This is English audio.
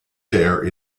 there